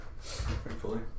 Thankfully